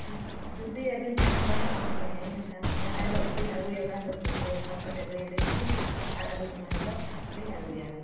ᱡᱩᱫᱤ ᱟᱵᱮᱱ ᱴᱷᱮᱱ ᱵᱟᱹᱱᱩᱜᱼᱟ ᱛᱮᱦᱮᱧ ᱛᱮᱦᱮᱧ ᱮᱱᱠᱷᱟᱱ ᱡᱟᱦᱟᱸ ᱞᱤᱞᱳᱜ ᱵᱤᱱ ᱟᱹᱜᱩᱭᱟ ᱚᱱᱟ ᱦᱤᱞᱳᱜ ᱯᱷᱳᱱ ᱠᱟᱛᱮ ᱞᱟᱹᱭᱟ ᱞᱤᱧᱵᱤᱱ ᱟᱨ ᱟᱹᱞᱤᱧ ᱚᱱᱟ ᱦᱤᱞᱳᱜᱞᱤᱧ ᱟᱹᱜᱩᱭᱟ